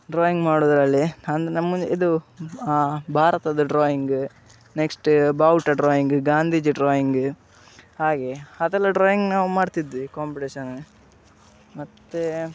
drawing ಮಾಡೋದ್ರಲ್ಲಿ ನಮ್ಮ ನಮ್ಮದೆ ಇದು ಭಾರತದ ಡ್ರಾಯಿಂಗ್ ನೆಕ್ಸ್ಟ್ ಬಾವುಟ ಡ್ರಾಯಿಂಗ್ ಗಾಂಧೀಜಿ ಡ್ರಾಯಿಂಗ್ ಹಾಗೆ ಅದೆಲ್ಲ ಡ್ರಾಯಿಂಗ್ ನಾವು ಮಾಡ್ತಿದ್ವಿ ಕಾಂಪಿಟೇಷನ್ ಮತ್ತೆ